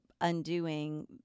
undoing